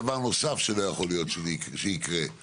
דבר נוסף שלא יכול שיקרה הוא